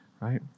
right